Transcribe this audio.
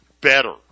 better